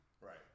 Right